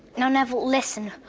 now, neville, listen.